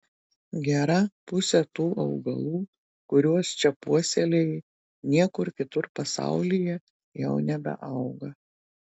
gera pusė tų augalų kuriuos čia puoselėji niekur kitur pasaulyje jau nebeauga